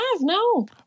no